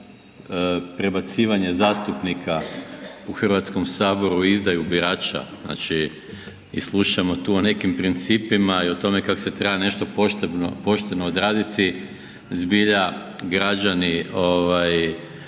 prebacivanje zastupnika u Hrvatskom saboru i izdaju birača, znači i slušamo tu o nekim principima i o tome kako se treba nešto pošteno odraditi zbilja građani nadam